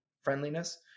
friendliness